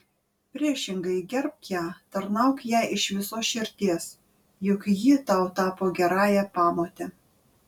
priešingai gerbk ją tarnauk jai iš visos širdies juk ji tau tapo gerąja pamote